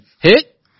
hit